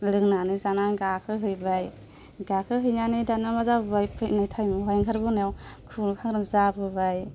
लोंनानै जानानै गाखोहैबाय गाखोहैनानै दाना मा जाबोबाय नयथानिफ्राय ओंखारबोना खुग्लुब खांख्रां जाबोबाय